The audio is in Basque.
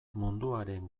munduaren